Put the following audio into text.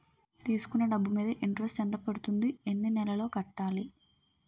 తీసుకున్న డబ్బు మీద ఇంట్రెస్ట్ ఎంత పడుతుంది? ఎన్ని నెలలో కట్టాలి?